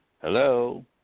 Hello